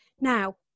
now